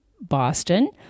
Boston